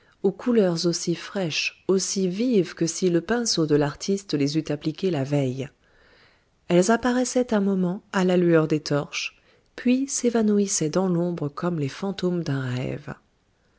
aux couleurs aussi fraîches aussi vives que si le pinceau de l'artiste les eût appliquées la veille elles apparaissaient un moment à la lueur des torches puis s'évanouissaient dans l'ombre comme les fantômes d'un rêve